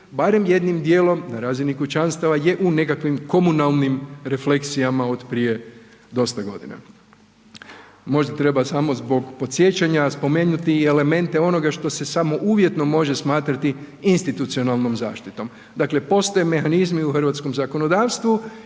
barem jednim djelom razini kućanstava je u nekakvim komunalnim refleksijama od prije dosta godina. Možda treba samo zbog podsjećanja spomenuti i elemente onoga što se samo uvjetno može smatrati institucionalnom zaštitom. Dakle, postoje mehanizmi u hrvatskom zakonodavstvu,